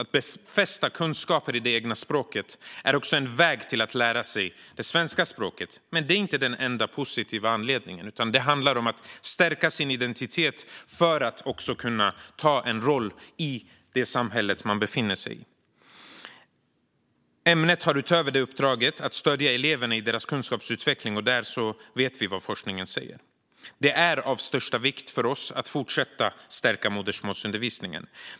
Att befästa kunskaper i det egna språket är också en väg till att lära sig det svenska språket. Men detta är inte den enda positiva anledningen, utan det handlar också om att stärka sin identitet för att kunna ta en roll i det samhälle man befinner sig i. Ämnet har utöver detta uppdraget att stödja eleverna i deras kunskapsutveckling, och där vet vi vad forskningen säger. Det är av största vikt för oss att fortsätta stärka modersmålsundervisningen.